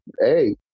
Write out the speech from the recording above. Hey